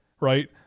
right